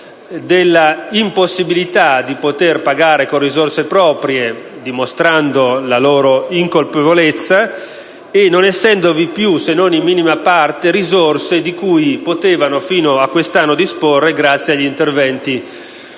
dell'impossibilità di pagare con risorse proprie, dimostrando la loro incolpevolezza e non essendovi più, se non in minima parte, le risorse di cui fino a quest'anno potevano disporre grazie agli interventi